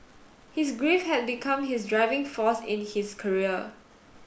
his grief had become his driving force in his career